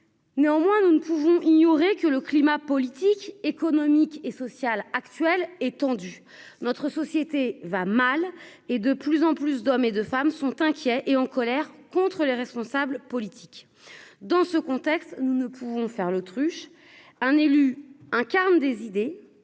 néanmoins, nous ne pouvons ignorer que le climat politique, économique et sociale actuelle étendu notre société va mal et de plus en plus d'hommes et de femmes sont inquiets et en colère contre les responsables politiques dans ce contexte, nous ne pouvons faire l'autruche, un élu incarnent des idées,